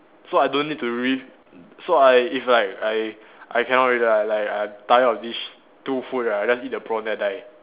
so I don't need to re~ so I it's like I I cannot really ah like I tired of these sh~ two food right I just eat the prawn then I die